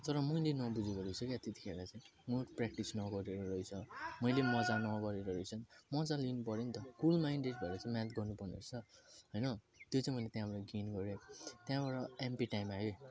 तर मैले नबुझेको रहेछु क्या त्यतिखेर चाहिँ म प्र्याक्टिस नगरेर रहेछ मैले मजा नगरेर रहेछ मजा नि लिनुपऱ्यो नि त कुल माइन्डेड भएर चाहिँ म्याथ गर्नुपर्ने रहेछ हैन त्यो चाहिँ मैले त्यहाँबाट गेन गरेँ त्यहाँबाट एमपी टाइम आयो है